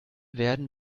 werden